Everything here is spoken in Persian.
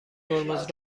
ترمز